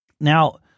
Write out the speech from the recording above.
Now